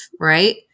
right